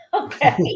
Okay